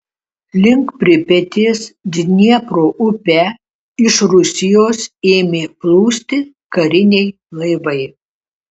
link pripetės dniepro upe iš rusijos ėmė plūsti kariniai laivai